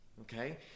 okay